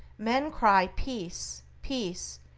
men cry peace! peace!